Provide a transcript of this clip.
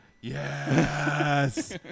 Yes